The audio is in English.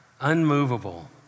unmovable